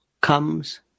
comes